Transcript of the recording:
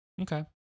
Okay